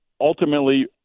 ultimately